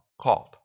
called